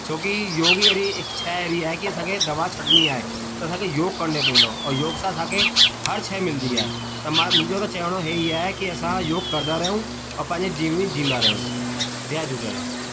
छोकी योग ई अहिड़ी हिकु शइ अहिड़ी आहे की असांखे दवा छॾिणी आहे त असांखे योग करिणो पवंदो ऐं योग सां असांखे हर शइ मिलंदी आहे त मां मुंहिंजो त चवणो इहे ई आहे की असां योग कंदा रहूं और पंहिंजी जीवनी जीअंदा रहियूं जय झूलेलाल